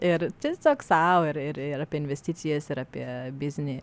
ir tiesiog sau ir ir apie investicijas ir apie biznį